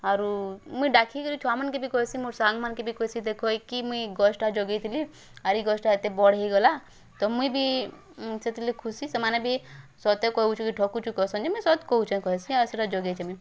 ଆରୁ ମୁଇଁ ଡ଼ାକି କରି ଛୁଆ ମାନଙ୍କେ ବି କହେସି ମୋର୍ ସାଙ୍ଗମାନଙ୍କେ ବି କହେସି ଦେଖ ଏ କି ମୁଇଁ ଗଛ୍ଟା ଜଗେଇଥିଲି ଆର୍ ଇ ଗଛ ଟା ଏତେ ବଡ଼୍ ହେଇଗଲା ତ ମୁଇଁ ବି ସେଥିରଲାଗି ଖୁସି ସେମାନେ ବି ସତ କହୁଚୁ କି ଠକୁଚୁ କହୁଛନ୍ତି ମୁଁ ସତ କହୁଛେ କହେସି ଆଉ ସେଟା ଯଗିଛେ ମୁଇଁ